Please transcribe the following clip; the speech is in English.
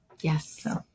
yes